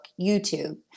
YouTube